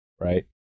right